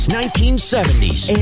1970s